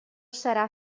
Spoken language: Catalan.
serà